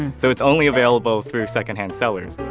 so it's only available through secondhand sellers.